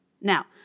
Now